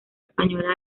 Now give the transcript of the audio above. española